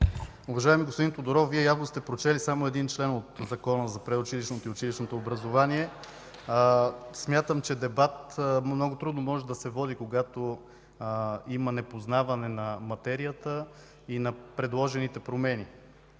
Уважаеми господин Тодоров, Вие явно сте прочели само един член от Закона за предучилищното и училищното образование. (Смях и оживление в ГЕРБ.) Смятам, че дебат много трудно може да се води, когато има непознаване на материята и на предложените промени.